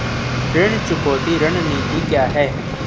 ऋण चुकौती रणनीति क्या है?